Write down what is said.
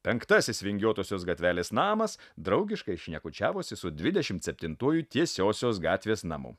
penktasis vingiuotosios gatvelės namas draugiškai šnekučiavosi su dvidešimt septintuoju tiesiosios gatvės namu